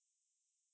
err no I don't